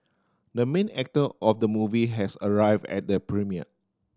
the main actor of the movie has arrived at the premiere